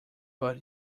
but